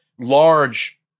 large